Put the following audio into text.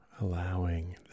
allowing